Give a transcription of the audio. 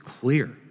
clear